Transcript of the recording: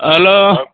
hello